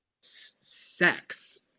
sex